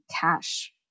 cash